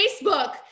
Facebook